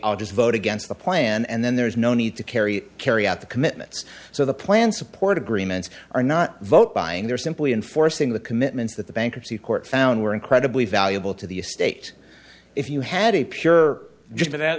i'll just vote against the plan and then there's no need to carry carry out the commitments so the plan support agreements are not vote buying they're simply enforcing the commitments that the bankruptcy court found were incredibly valuable to the estate if you had a pure just